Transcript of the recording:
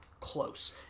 close